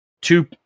two